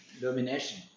domination